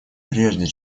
прежде